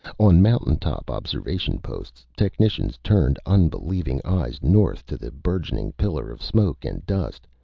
on mountain top observation posts, technicians turned unbelieving eyes north to the burgeoning pillar of smoke and dust,